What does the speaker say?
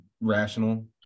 rational